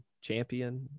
champion